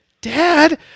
dad